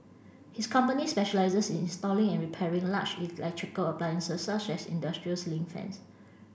his company specialises in installing and repairing large electrical appliances such as industrial ceiling fans